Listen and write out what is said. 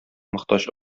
мохтаҗ